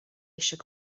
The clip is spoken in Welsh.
eisiau